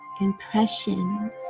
impressions